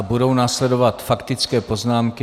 Budou následovat faktické poznámky.